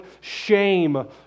shame